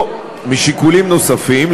או משיקולים נוספים,